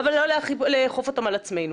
אבל לא לאכוף אותם על עצמנו.